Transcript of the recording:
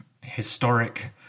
historic